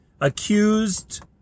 Accused